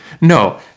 no